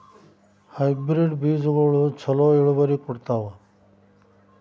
Hybrid ಬೇಜಗೊಳು ಛಲೋ ಇಳುವರಿ ಕೊಡ್ತಾವ?